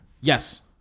Yes